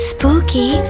Spooky